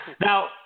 Now